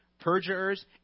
perjurers